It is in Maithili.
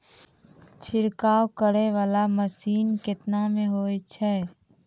छिड़काव करै वाला मसीन केतना मे होय छै?